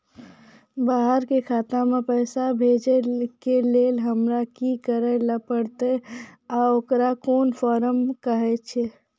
बाहर के खाता मे पैसा भेजै के लेल हमरा की करै ला परतै आ ओकरा कुन फॉर्म कहैय छै?